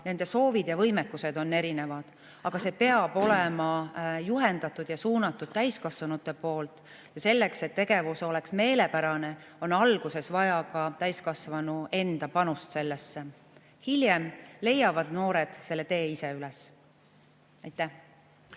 nende soovid ja võimekused on erinevad, aga see peab olema juhendatud ja suunatud täiskasvanute poolt. Ja selleks, et tegevus oleks meelepärane, on alguses vaja ka täiskasvanu panust sellesse. Hiljem leiavad noored selle tee ise üles. Aitäh